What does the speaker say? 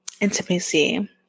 intimacy